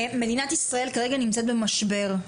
מדינת ישראל כרגע נמצאת במשבר,